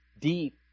deep